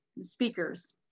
speakers